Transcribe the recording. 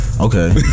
Okay